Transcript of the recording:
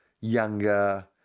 younger